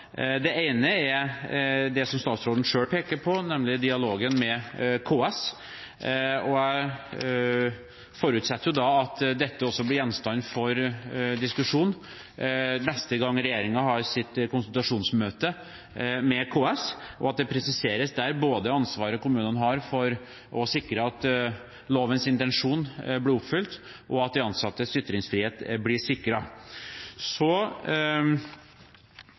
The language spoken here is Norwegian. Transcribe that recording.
Det ene er det som statsråden selv peker på, nemlig dialogen med KS. Jeg forutsetter at dette også blir gjenstand for diskusjon neste gang regjeringen har sitt konsultasjonsmøte med KS – og at ansvaret kommunene har for å sikre at lovens intensjon blir oppfylt, og at de ansattes ytringsfrihet blir sikret, der presiseres. Så